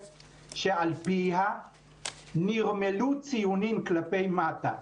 שעל פיה נירמלו ציונים כלפי מטה.